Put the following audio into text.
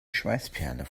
schweißperle